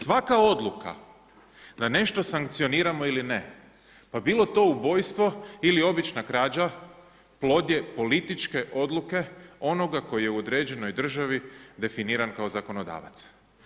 Svaka odluka da nešto sankcioniramo ili ne, pa bilo to ubojstvo ili obična krađa, plod je političke odluke onoga koji je u određenoj državi definiran kao zakonodavac.